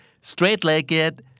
straight-legged